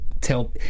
tell